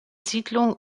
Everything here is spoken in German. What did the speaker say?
siedlung